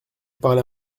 parlez